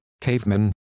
cavemen